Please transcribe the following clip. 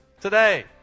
today